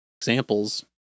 examples